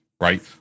right